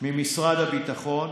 ממשרד הביטחון: